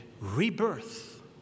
rebirth